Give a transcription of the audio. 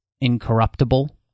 incorruptible